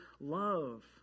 love